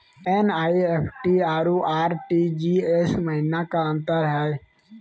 NEFT अरु RTGS महिना का अंतर हई?